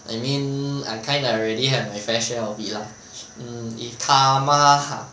I mean I kinda already have a fair share of it lah car mm if karma !huh!